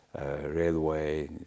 railway